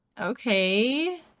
Okay